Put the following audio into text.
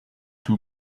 too